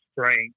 strength